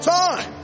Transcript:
time